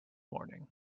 morning